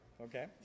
Okay